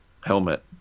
helmet